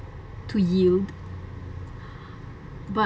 to yield but